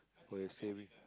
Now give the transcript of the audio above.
for your saving